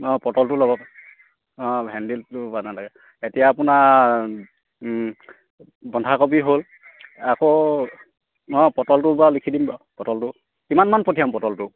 অঁ পটলটো ল'ব অঁ ভেন্দিতো বাৰু নালাগে এতিয়া আপোনাৰ বন্ধাকবি হ'ল আকৌ অঁ পটলটো বাৰু লিখি দিম বাৰু পটলটো কিমানমান পঠিয়াম পটলটো